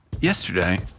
yesterday